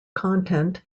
content